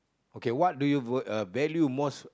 okay what do you vote uh value most